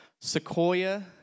sequoia